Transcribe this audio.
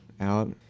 out